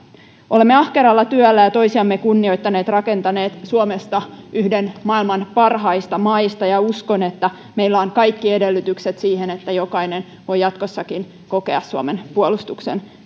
olemme ahkeralla työllä ja toisiamme kunnioittaen rakentaneet suomesta yhden maailman parhaista maista ja uskon että meillä on kaikki edellytykset siihen että jokainen voi jatkossakin kokea suomen